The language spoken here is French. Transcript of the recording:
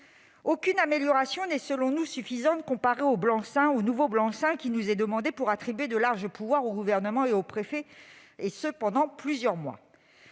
aucune amélioration n'est selon nous suffisante, comparée au nouveau blanc-seing qui nous est demandé pour attribuer de larges pouvoirs au Gouvernement et aux préfets, pendant plusieurs mois.